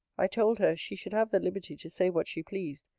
i told her, she should have the liberty to say what she pleased,